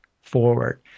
forward